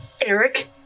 Eric